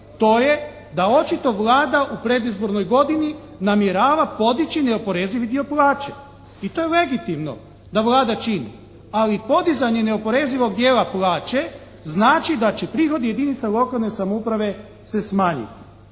to je da očito Vlada u predizbornoj godini namjerava podići neoporezivi dio plaće. I to je legitimno da Vlada čini, ali podizanje neoporezivog dijela plaće znači da će prihodi jedinica lokalne samouprave se smanjiti